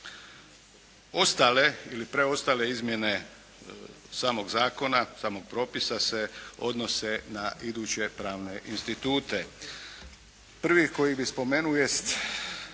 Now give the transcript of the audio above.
Ostale ili preostale izmjene samog zakona, samog propisa se odnose na iduće pravne institute. Prvi koji bi spomenuo jest,